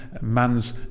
man's